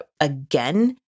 again